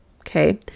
Okay